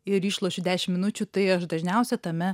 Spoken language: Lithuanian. ir išlošiu dešim minučių tai aš dažniausia tame